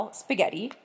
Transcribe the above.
spaghetti